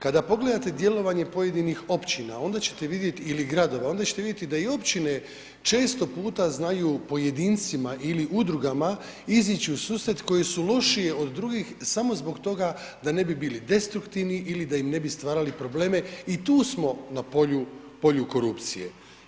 Kada pogledate djelovanje pojedinih općina onda ćete vidjeti, ili gradova, onda ćete vidjeti da i općine često puta znaju pojedincima ili udrugama izići u susret koje su lošije od drugih samo zbog toga da ne bi bili destruktivni ili da im ne bi stvarali probleme i tu smo na polju korupcije.